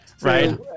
right